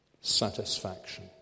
Satisfaction